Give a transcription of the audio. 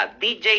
DJ